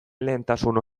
lehentasun